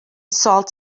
sault